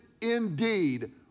indeed